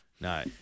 No